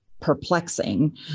perplexing